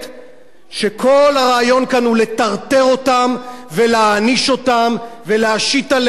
שכל הרעיון כאן הוא לטרטר אותם ולהעניש אותם ולהשית עליהם קנס